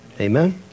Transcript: amen